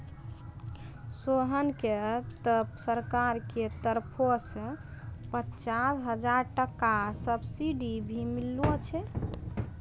सोहन कॅ त सरकार के तरफो सॅ पचास हजार टका सब्सिडी भी मिललो छै